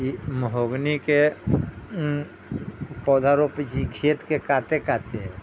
ई mahogany के पौधा रोपै छियै खेत के काते काते